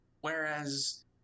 Whereas